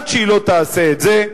עד שהיא לא תעשה את זה,